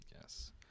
Yes